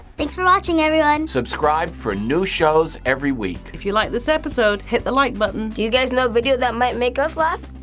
thanks for watching, everyone. subscribe for new shows every week. if you liked this episode, hit the like button. do you guys know a video that might make us laugh?